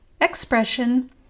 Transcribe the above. expression